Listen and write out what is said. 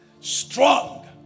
strong